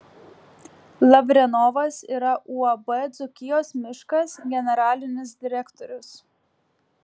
lavrenovas yra uab dzūkijos miškas generalinis direktorius